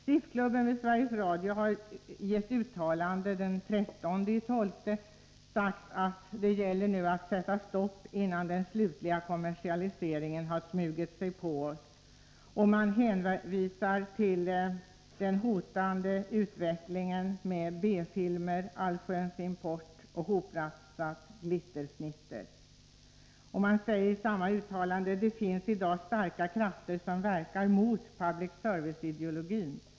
SIF-klubben vid Sveriges Radio har i ett uttalande den 13 december sagt: ”Det gäller att säga stopp nu, innan den slutliga kommersialiseringen har smugit sig på oss.” Man hänvisar till den hotande utvecklingen med ”B-filmer, allsköns import och hoprafsat glitter-fnitter”. Man säger vidare i samma uttalande: ”Det finns i dag starka krafter som verkar mot public service-ideologin.